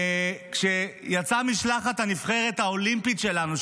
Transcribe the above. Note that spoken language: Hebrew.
כשיצאה משלחת הנבחרת האולימפית שלנו,